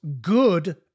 good